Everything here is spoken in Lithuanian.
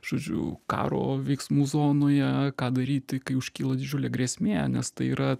žodžiu karo veiksmų zonoje ką daryti kai iškyla didžiulė grėsmė nes tai yra